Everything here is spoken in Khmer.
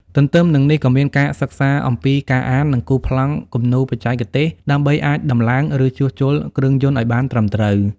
ទន្ទឹមនឹងនេះ ក៏មានការសិក្សាអំពីការអាន និងគូសប្លង់គំនូសបច្ចេកទេសដើម្បីអាចដំឡើង ឬជួសជុលគ្រឿងយន្តឱ្យបានត្រឹមត្រូវ។